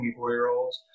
24-year-olds